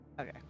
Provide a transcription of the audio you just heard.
Okay